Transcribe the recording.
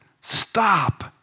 Stop